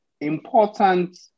important